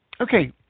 Okay